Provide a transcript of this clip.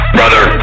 Brother